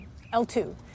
L2